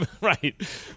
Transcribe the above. Right